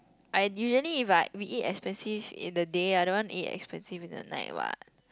I usually if like we eat expensive in the day I don't want to eat expensive in the night what